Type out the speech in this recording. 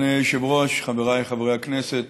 אדוני היושב-ראש, חבריי חברי הכנסת,